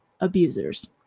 abusers